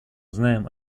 знаем